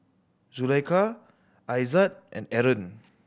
Zulaikha Aizat and Aaron